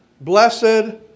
Blessed